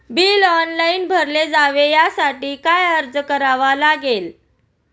Bill online भरले जावे यासाठी काय अर्ज करावा लागेल?